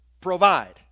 provide